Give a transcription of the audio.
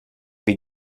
have